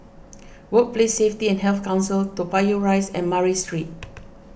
Workplace Safety and Health Council Toa Payoh Rise and Murray Street